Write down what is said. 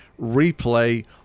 replay